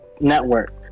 network